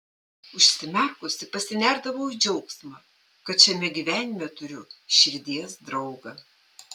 užsimerkusi pasinerdavau į džiaugsmą kad šiame gyvenime turiu širdies draugą